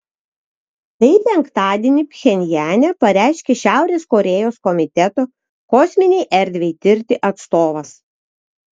tai penktadienį pchenjane pareiškė šiaurės korėjos komiteto kosminei erdvei tirti atstovas